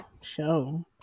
show